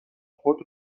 خود